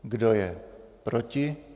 Kdo je proti?